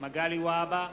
מגלי והבה,